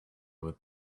with